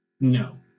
No